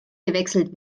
gewechselt